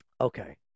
Okay